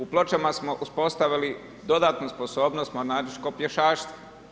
U Pločama smo uspostavili, dodatnu sposobnost mornaričko pješaštvo.